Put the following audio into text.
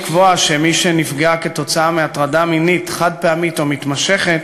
לקבוע שמי שנפגעה כתוצאה מהטרדה מינית חד-פעמית או מתמשכת